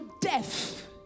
death